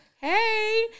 hey